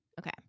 Okay